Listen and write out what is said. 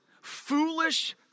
foolish